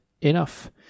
enough